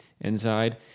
inside